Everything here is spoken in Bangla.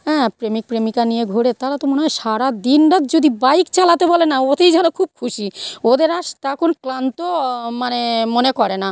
হ্যাঁ প্রেমিক প্রেমিকা নিয়ে ঘোরে তারা তো মনে হয় সারা দিন রাত যদি বাইক চালাতে বলে না ওতেই যেন খুব খুশি ওদের আশ তখন ক্লান্ত মানে মনে করে না